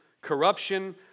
corruption